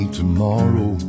tomorrow